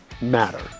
matter